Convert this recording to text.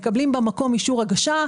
מקבלים במקום אישור הגשה.